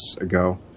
ago